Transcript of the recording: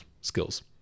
skills